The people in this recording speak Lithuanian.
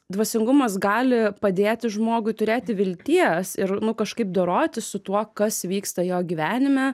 dvasingumas gali padėti žmogui turėti vilties ir kažkaip dorotis su tuo kas vyksta jo gyvenime